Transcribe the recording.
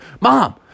Mom